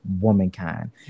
womankind